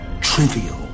trivial